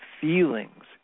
feelings